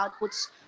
outputs